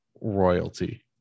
royalty